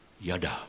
Yada